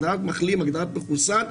הגדרת מחלים, הגדרת מחוסן,